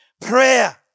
Prayer